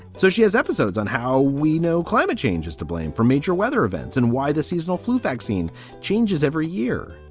so she has episodes on how we know climate change is to blame for major weather events and why the seasonal flu vaccine changes every year.